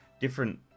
different